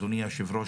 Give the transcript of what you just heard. אדוני היושב-ראש,